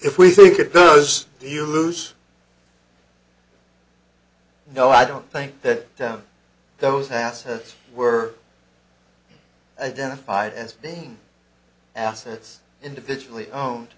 if we think it goes do you lose no i don't think that those assets were identified as being assets individually owned